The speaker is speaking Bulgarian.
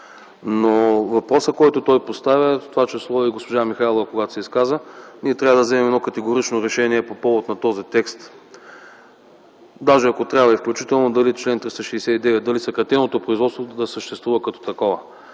Въпросът, който той поставя, в това число и госпожа Михайлова, когато се изказа, е че ние трябва да вземем едно категорично решение по повод на този текст. Даже, ако трябва – включително дали чл. 369, дали съкратеното производство да съществува като такова.